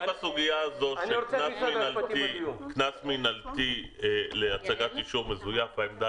גם בסוגיה הזאת של קנס מנהלי להצגת אישור מזויף העמדה